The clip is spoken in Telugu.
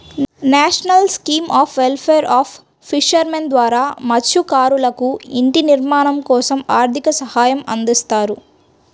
national scheme of welfare of fishermen ద్వారా మత్స్యకారులకు ఇంటి నిర్మాణం కోసం ఆర్థిక సహాయం అందిస్తారు